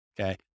okay